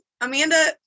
Amanda